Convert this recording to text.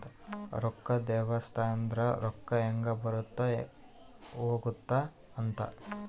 ರೊಕ್ಕದ್ ವ್ಯವಸ್ತೆ ಅಂದ್ರ ರೊಕ್ಕ ಹೆಂಗ ಬರುತ್ತ ಹೋಗುತ್ತ ಅಂತ